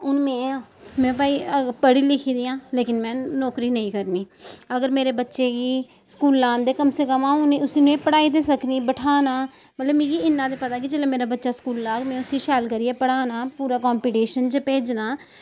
हून में आं में भाई अगर पढ़ी लिखी दी आं लेकिन में नौकरी नेईं करनी अगर मेरे बच्चे गी स्कूला औंदे कम से कम अ'ऊं उ'नें ई उस्सी उ'नेंं ई पढ़ाई ते सकनीं बठाना मतलब मिगी इन्ना ते पता कि जेल्लै मेरा बच्चा स्कूला औग में उस्सी शैल करियै पढ़ाना पूरा कांपीटिशन च भेजना